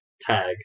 tag